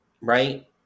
right